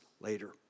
later